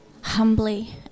humbly